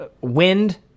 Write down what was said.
wind